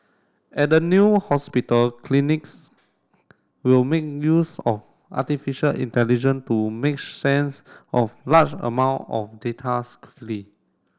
at the new hospital clinics will make use of artificial intelligent to make sense of large amount of datas quickly